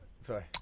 Sorry